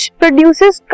produces